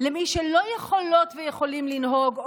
למי שלא יכולות ויכולים לנהוג,